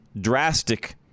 drastic